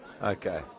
Okay